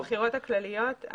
בבחירות הכלליות,